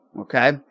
Okay